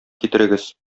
китерегез